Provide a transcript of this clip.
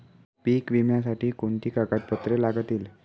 पीक विम्यासाठी कोणती कागदपत्रे लागतील?